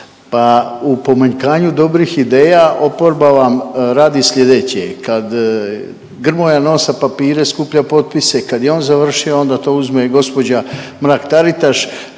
Pa u pomanjkanju dobrih ideja, oporba vam radi sljedeće. Kad Grmoja nosa papire, skuplja potpise, kad je on završio, onda to uzme gđa. Mrak-Taritaš.